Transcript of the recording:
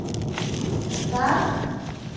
ᱟᱥᱟᱲ